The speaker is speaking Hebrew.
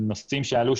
הנושאים שעלו,